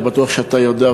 אני בטוח שאתה יודע,